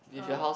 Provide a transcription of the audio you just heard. oh